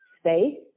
space